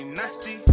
nasty